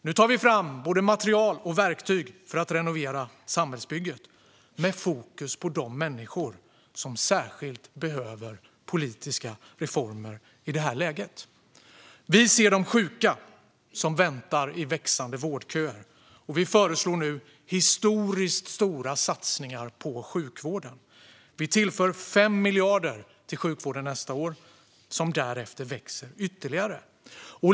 Nu tar vi fram både material och verktyg för att renovera samhällsbygget, med fokus på de människor som särskilt behöver politiska reformer i detta läge. Vi ser de sjuka som väntar i de växande vårdköerna, och vi föreslår nu historiskt stora satsningar på sjukvården. Vi tillför 5 miljarder till sjukvården nästa år, vilket därefter ökar ytterligare.